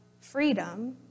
freedom